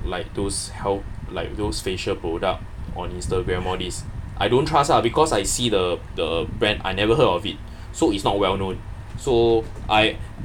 like those health like those facial product on instagram all these I don't trust lah because I see the the brand I never heard of it so it's not well known so I